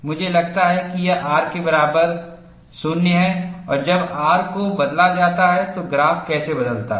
मुझे लगता है कि यह R के बराबर है 0 और जब R को बदला जाता है तो ग्राफ कैसे बदलता है